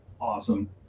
awesome